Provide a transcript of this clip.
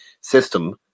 system